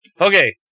Okay